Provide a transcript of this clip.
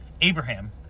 Abraham